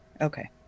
Okay